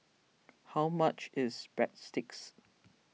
how much is Breadsticks